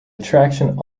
attraction